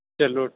ਚਲੋ